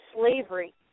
slavery